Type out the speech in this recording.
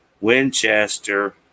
Winchester